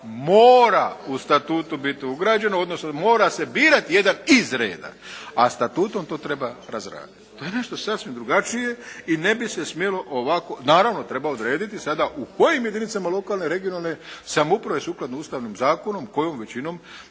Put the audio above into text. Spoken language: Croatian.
mora u statutu biti ugrađeno, odnosno mora se birati jedan iz reda, a statutom to treba razraditi. To je nešto sasvim drugačije i ne bi se smjelo ovako, naravno treba odrediti sada u kojim jedinicama lokalne i regionalne samouprave sukladno ustavnom zakonu kojom većinom,